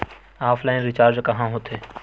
Offline recharge कहां होथे?